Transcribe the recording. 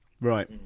Right